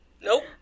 Nope